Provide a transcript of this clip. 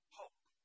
hope